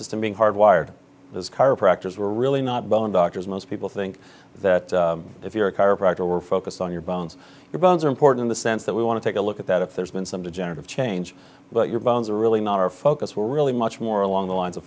system being hard wired as chiropractors were really not bone doctors most people think that if you're a chiropractor we're focused on your bones your bones are important in the sense that we want to take a look at that if there's been some degenerative change but your bones are really not our focus we're really much more along the lines of